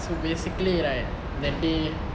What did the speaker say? so basically right that day